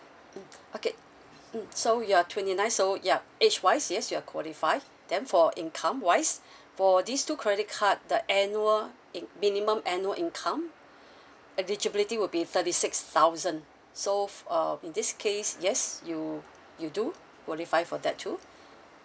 mm okay mm so you're twenty nine so ya age wise yes you are qualify then for income wise for these two credit card the annual in~ minimum annual income eligibility would be thirty six thousand so f~ uh in this case yes you you do qualify for that too